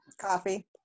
coffee